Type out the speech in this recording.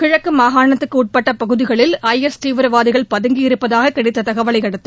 கிழக்கு மாகாணத்துக்கு உட்பட்ட பகுதிகளில் ஐ எஸ் தீவிரவாதிகள் பழங்கி இருப்பதாகக் கிடைத்த தகவலை அடுத்து